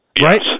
right